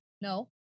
No